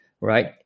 right